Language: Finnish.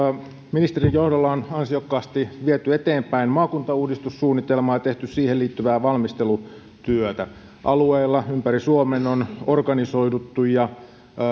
ministerin johdolla on ansiokkaasti viety eteenpäin maakuntauudistussuunnitelma ja tehty siihen liittyvää valmistelutyötä alueilla ympäri suomen on organisoiduttu ja